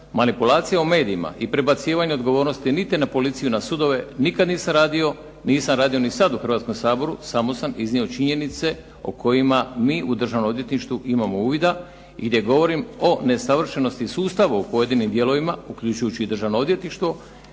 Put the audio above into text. manipulacija u medijima i prebacivanje odgovornosti niti na policiju i na sudove nikad nisam radio, nisam radio ni sad u Hrvatskom saboru, samo sam iznio činjenice o kojima mi u Državnom odvjetništvu imamo uvida i gdje govorim o nesavršenosti sustava u pojedinim dijelovima, uključujući i Državno odvjetništvo